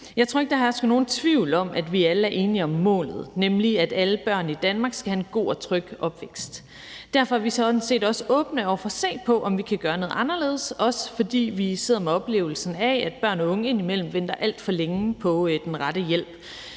Jeg tror ikke, der hersker nogen tvivl om, at vi alle er enige om målet, nemlig at alle børn i Danmark skal have en god og tryg opvækst. Derfor er vi sådan set også åbne over for at se på, om vi kan gøre noget anderledes, også fordi vi sidder med oplevelsen af, at børn eller unge indimellem venter alt for længe på den rette hjælp.